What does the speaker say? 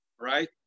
right